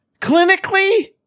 Clinically